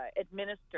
administer